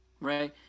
right